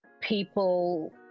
People